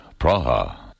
Praha